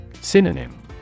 Synonym